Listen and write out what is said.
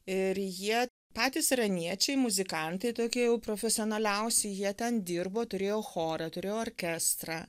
ir jie patys iraniečiai muzikantai tokie jau profesionaliausi jie ten dirbo turėjo chorą turėjo orkestrą